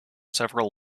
several